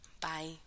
Bye